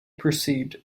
perceived